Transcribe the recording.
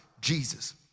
Jesus